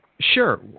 Sure